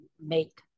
make